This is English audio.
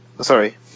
Sorry